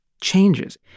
changes